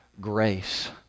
grace